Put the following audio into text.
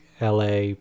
LA